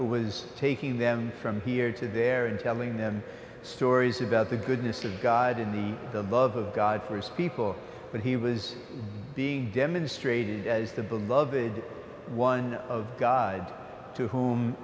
who was taking them from here to there and telling them stories about the goodness of god in the above of god for his people but he was being demonstrated as the beloved one of god to whom